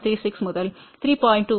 36 முதல் 3